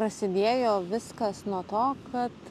prasidėjo viskas nuo to kad